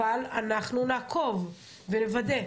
אבל אנחנו נעקוב ונוודא.